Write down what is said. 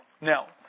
Now